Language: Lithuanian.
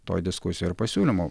toj diskusijoj ir pasiūlymų